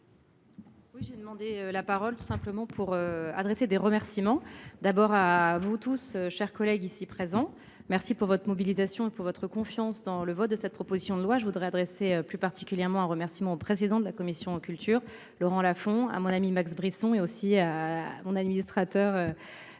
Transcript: Oui j'ai demandé la parole, tout simplement pour adresser des remerciements. D'abord à vous tous chers collègues ici présents. Merci pour votre mobilisation et pour votre confiance dans le vote de cette proposition de loi, je voudrais adresser plus particulièrement remerciements au président de la commission Culture Laurent Lafon à mon ami Max Brisson et aussi à mon administrateur.